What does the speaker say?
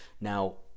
Now